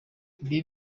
ibi